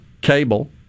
cable